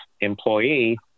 employee